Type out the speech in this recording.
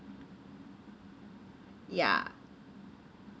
ya